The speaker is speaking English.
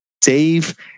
Dave